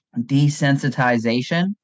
desensitization